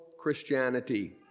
Christianity